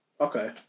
Okay